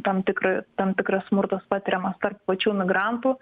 tam tikra tam tikras smurtas patiriamas tarp pačių migrantų